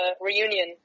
reunion